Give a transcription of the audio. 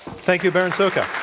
thank you, berin szoka.